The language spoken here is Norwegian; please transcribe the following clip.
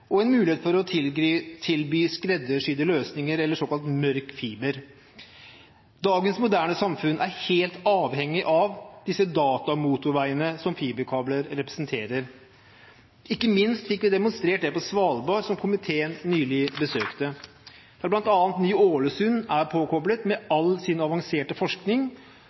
og en mulighet til å tilby skreddersydde løsninger eller såkalt mørk fiber. Dagens moderne samfunn er helt avhengig av disse datamotorveiene som fiberkabler representerer. Ikke minst fikk vi demonstrert det på Svalbard, som komiteen nylig besøkte, der bl.a. Ny-Ålesund er påkoblet med all sin avanserte forskning.